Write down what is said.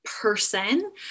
person